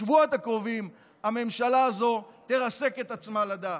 בשבועות הקרובים, הממשלה הזו תרסק את עצמה לדעת.